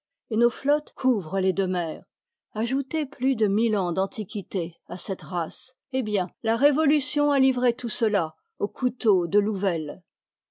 et nos flottes couvrent les deux mers ajoutez plus de mille ans d'antiquité à cette race hé bien la révolution a livré tout cela au couteau de louvel